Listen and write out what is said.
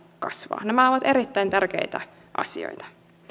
kasvaa nämä ovat erittäin tärkeitä asioita